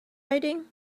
writing